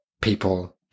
people